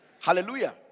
Hallelujah